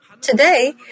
today